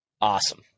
awesome